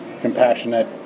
compassionate